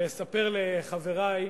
ואספר לחברי,